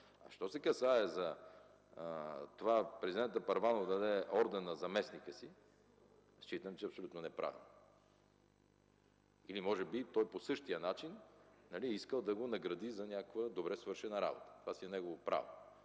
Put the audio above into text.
Що се касае за това президентът Първанов да даде орден на заместника си, считам, че е абсолютно неправилно. Или може би той по същия начин е искал да го награди за някаква добре свършена работа. Това си е негово право,